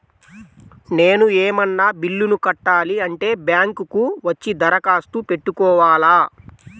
నేను ఏమన్నా బిల్లును కట్టాలి అంటే బ్యాంకు కు వచ్చి దరఖాస్తు పెట్టుకోవాలా?